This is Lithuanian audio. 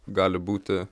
gali būti